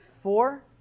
Four